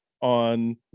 on